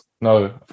No